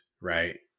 right